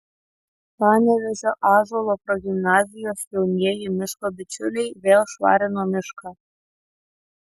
panevėžio ąžuolo progimnazijos jaunieji miško bičiuliai vėl švarino mišką